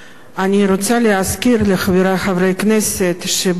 אני רוצה להזכיר לחברי חברי הכנסת ש-4